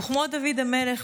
וכמו דוד המלך,